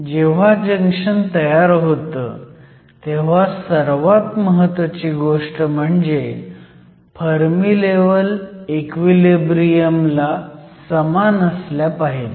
जेव्हा जंक्शन तयार होतं तेव्हा सर्वात महत्वाची गोष्ट म्हणजे फर्मी लेव्हल इक्विलिब्रियमला समान असल्या पाहिजेत